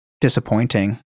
disappointing